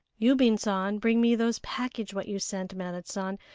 yubin san bring me those package what you sent, merrit san,